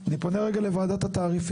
אני פונה רגע לוועדת התעריפים.